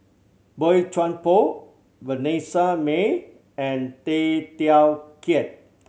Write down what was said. Boey Chuan Poh Vanessa Mae and Tay Teow Kiat